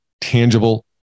tangible